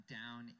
down